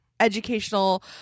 Educational